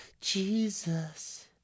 Jesus